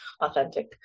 authentic